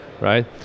right